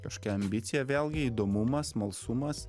kažkokia ambicija vėlgi įdomumas smalsumas